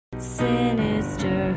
Sinister